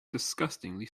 disgustingly